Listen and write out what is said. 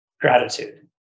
gratitude